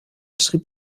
schrieb